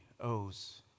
owes